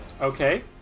Okay